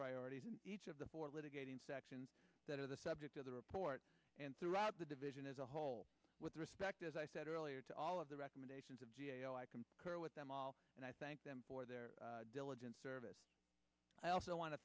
priorities in each of the four litigating sections that are the subject of the report and throughout the division as a whole with respect as i said earlier to all of the recommendations of i concur with them all and i thank them for their diligent service i also